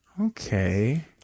Okay